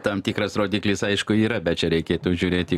tam tikras rodiklis aišku yra bet čia reikėtų žiūrėti